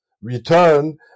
return